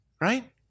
Right